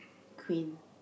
queen